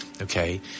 Okay